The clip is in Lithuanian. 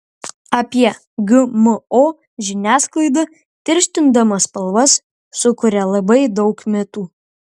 apie gmo žiniasklaida tirštindama spalvas sukuria labai daug mitų